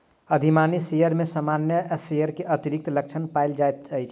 अधिमानी शेयर में सामान्य शेयर के अतिरिक्त लक्षण पायल जाइत अछि